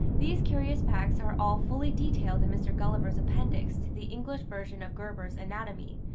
these curious facts are all fully detailed in mr. gulliver's appendix to the english version of gerber's anatomy,